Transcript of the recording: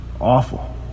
Awful